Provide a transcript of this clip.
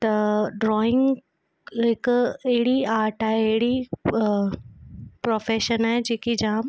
त ड्रॉइंग हिकु अहिड़ी आर्ट आहे अहिड़ी प्रोफ़ेशन आहे जेकी जाम